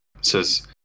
says